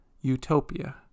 utopia